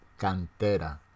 Cantera